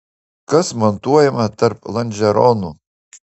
kas montuojama tarp lonžeronų